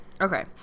Okay